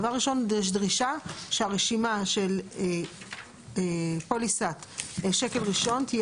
דבר ראשון יש דרישה שהרשימה של פוליסת שקל ראשון תהיה